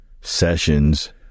sessions